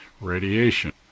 radiation